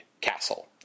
castle